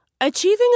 Achieving